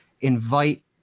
invite